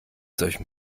solchen